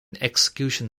execution